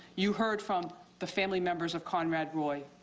you heard from the family members of conrad roy.